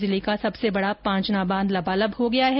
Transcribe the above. करौली जिले का सबसे बड़ा पांचना बांध लबालब हो गया है